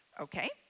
Okay